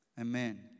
Amen